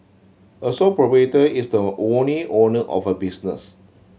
a sole is the only owner of a business